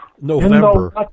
November